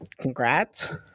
congrats